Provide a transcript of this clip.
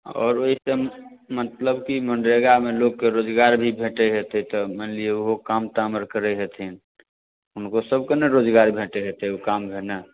आओर ओहि ठाम मतलब कि मनरेगामे लोकके रोजगार भी भेटैत हेतै तऽ मानि लिअ ओहो काम ताम करैत हेथिन हुनकोसभकेँ ने रोजगार भेटैत हेतै ओ काम भेने